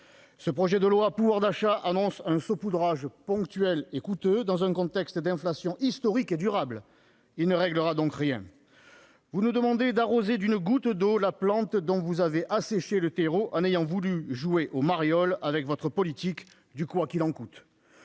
Ce projet de loi sur le pouvoir d'achat annonce un saupoudrage ponctuel et coûteux dans un contexte d'inflation historique et durable. Il ne réglera donc rien ! Vous nous demandez d'arroser d'une goutte d'eau la plante dont vous avez asséché le terreau en ayant voulu jouer au mariole avec votre politique du « quoi qu'il en coûte